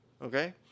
Okay